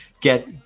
get